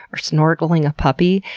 or snorgling a puppy.